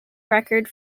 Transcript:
record